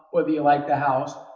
whether you like the house,